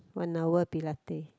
one hour Pilate